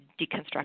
deconstruct